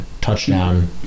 touchdown